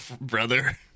brother